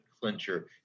clincher